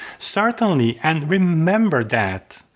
certainly, and remember that,